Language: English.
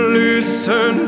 listen